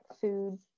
food